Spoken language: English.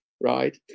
right